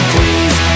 Please